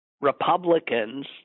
Republicans